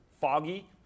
foggy